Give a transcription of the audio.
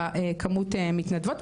בכמות המתנדבות.